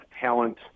talent